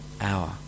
hour